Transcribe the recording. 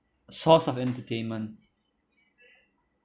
source of entertainment